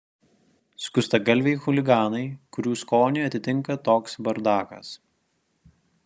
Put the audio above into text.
skustagalviai chuliganai kurių skonį atitinka toks bardakas